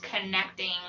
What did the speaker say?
connecting